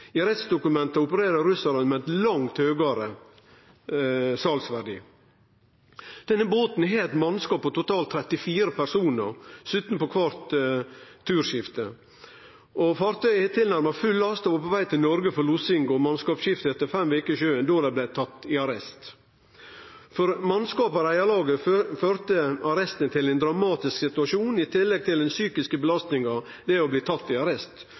I rettsdokumenta opererer russarane med ein langt høgare salsverdi. Denne båten har eit mannskap på totalt 34 personar, 17 på kvart turskift. Fartøyet har tilnærma full last og var på veg til Noreg for lossing og mannskapsskifte etter fem veker på sjøen då dei blei tatt i arrest. For mannskapet og reiarlaget førte arresten til ein dramatisk situasjon, i tillegg til den psykiske belastninga det er å bli tatt i